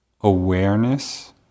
Awareness